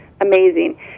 amazing